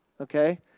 okay